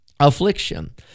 Affliction